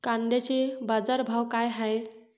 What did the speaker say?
कांद्याचे बाजार भाव का हाये?